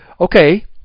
Okay